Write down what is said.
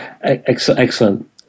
excellent